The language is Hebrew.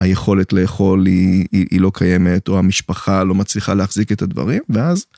היכולת לאכול היא היא לא קיימת, או המשפחה לא מצליחה להחזיק את הדברים, ואז...